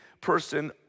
person